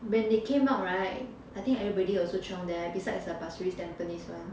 when they came out [right] I think everybody also chiong there besides the pasir ris tampines one